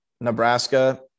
Nebraska